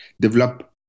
develop